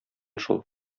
шул